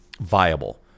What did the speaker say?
viable